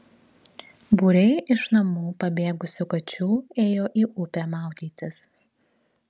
būriai iš namų pabėgusių kačių ėjo į upę maudytis